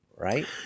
Right